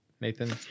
Nathan